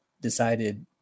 decided